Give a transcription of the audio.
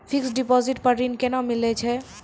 Fixed deposit पर ऋण केना मिलै छै?